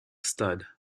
stud